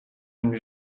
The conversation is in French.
une